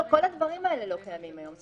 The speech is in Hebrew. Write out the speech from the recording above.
כל הדברים האלה לא קיימים היום.